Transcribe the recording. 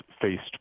faced